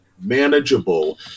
manageable